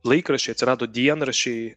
laikraščiai atsirado dienraščiai